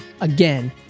Again